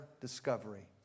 discovery